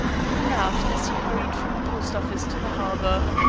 he laughed as he hurried from the post-office to the harbor.